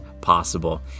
possible